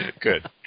Good